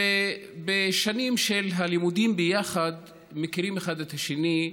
ובשנים של הלימודים ביחד מכירים אחד את השני,